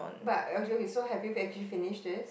but okay so have you actually finished this